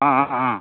ஆ ஆ ஆ